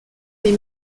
les